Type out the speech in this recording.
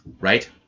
right